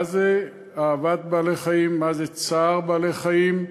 מה זה אהבת בעלי-חיים, מה זה צער בעלי-חיים,